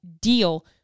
deal